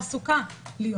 בתעסוקה.